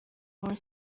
for